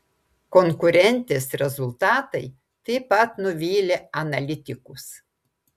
konkurentės rezultatai taip pat nuvylė analitikus